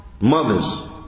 mothers